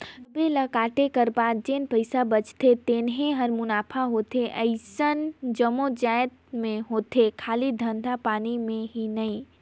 सबे ल कांटे कर बाद जेन पइसा बाचथे तेने हर मुनाफा होथे अइसन जम्मो जाएत में होथे खाली धंधा पानी में ही नई